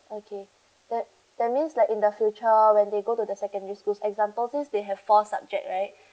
okay that that's mean that in the future when they go to the secondary schools as I thought is they have four subject right